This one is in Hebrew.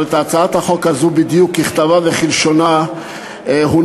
אבל הצעת החוק הזאת בדיוק ככתבה וכלשונה הונחה